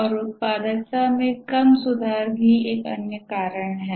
और उत्पादकता में कम सुधार भी अन्य कारण है